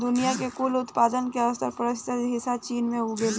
दुनिया के कुल उत्पादन के सत्तर प्रतिशत हिस्सा चीन में उगेला